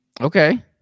Okay